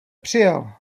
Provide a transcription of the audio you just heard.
přijel